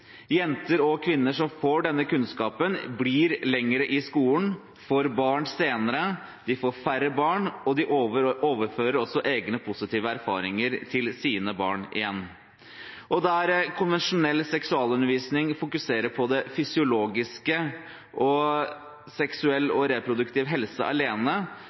Jenter og kvinner som får denne kunnskapen, blir lenger i skolen, de får barn senere, de får færre barn, og de overfører også egne positive erfaringer til sine barn igjen. Og der konvensjonell seksualundervisning fokuserer på det fysiologiske og seksuell og reproduktiv helse alene,